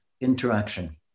interaction